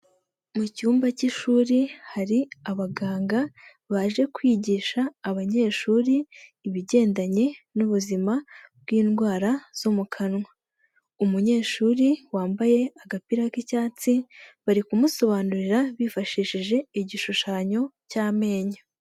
Mu cyumba cy'ishuri hari abaganga baje kwigisha abanyeshuri, ibigendanye n'ubuzima bw'indwara zo mu kanwa. Umunyeshuri wambaye agapira k'icyatsi, bari kumusobanurira bifashishije igishushanyo cy'amenyo.